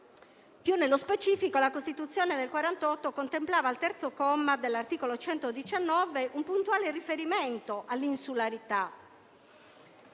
Più nello specifico, la Costituzione del 1948 contemplava, al terzo comma dell'articolo 119, un puntuale riferimento all'insularità: